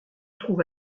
trouve